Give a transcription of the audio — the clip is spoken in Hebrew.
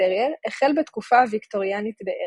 טרייר החל בתקופה הוויקטוריאנית בערך.